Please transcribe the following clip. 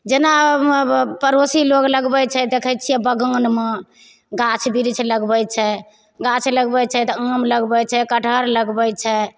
जेना पड़ोसी लोग लगबैत छै देखैत छियै बगानमे गाछ बिरीछ लगबैत छै गाछ लगबैत तऽ आम लगबैत छै कटहर लगबैत छै